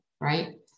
right